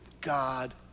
God